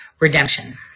redemption